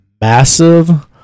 massive